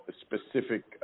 specific